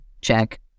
Check